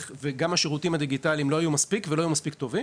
לא היו מספיק שירותים דיגיטליים והם לא היו מספיק טובים